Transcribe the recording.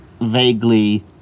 vaguely